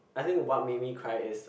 I think what made me cry is